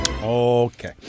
Okay